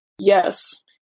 Yes